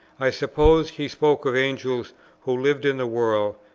i supposed he spoke of angels who lived in the world,